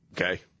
Okay